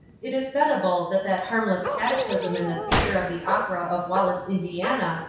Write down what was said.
it is bettable that that harmless cataclysm in the theater of the opera of wallace, indiana,